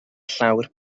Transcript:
llawr